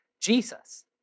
Jesus